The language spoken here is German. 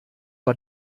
war